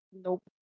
Nope